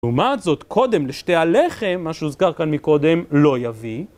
לעומת זאת, קודם לשתי הלחם, מה שהוזכר כאן מקודם, לא יביא.